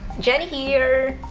jenny here.